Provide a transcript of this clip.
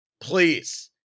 Please